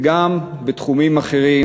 וגם בתחומים אחרים,